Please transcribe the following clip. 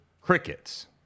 Crickets